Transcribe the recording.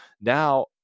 now